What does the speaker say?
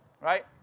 right